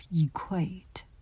equate